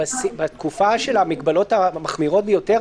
בתקופה של המגבלות המחמירות ביותר,